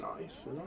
nice